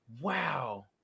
Wow